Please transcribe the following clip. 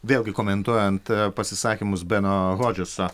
vėlgi komentuojant pasisakymus beno hodžeso